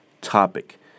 topic